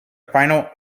final